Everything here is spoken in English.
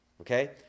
okay